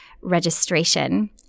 registration